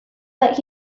but